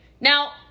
Now